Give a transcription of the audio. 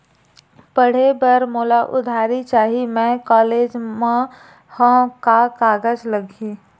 पढ़े बर मोला उधारी चाही मैं कॉलेज मा हव, का कागज लगही?